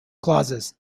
clauses